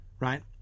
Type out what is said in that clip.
right